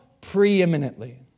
Preeminently